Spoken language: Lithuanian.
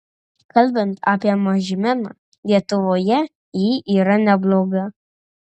kalbant apie mažmeną lietuvoje ji yra nebloga